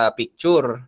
picture